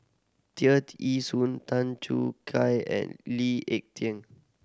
Tear Ee Soon Tan Choo Kai and Lee Ek Tieng